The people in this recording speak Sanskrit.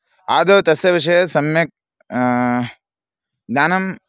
आदौ तस्य विषये सम्यक् ज्ञानं